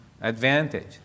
advantage